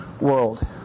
world